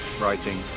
writing